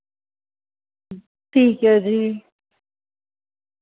ठीक ऐ जी